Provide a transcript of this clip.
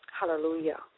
Hallelujah